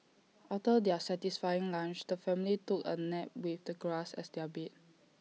after their satisfying lunch the family took A nap with the grass as their bed